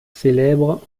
célèbrent